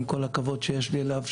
עם כל הכבוד שיש לי אליו,